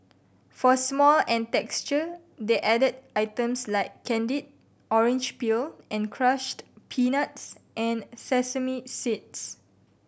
for smell and texture they added items like candied orange peel and crushed peanuts and sesame seeds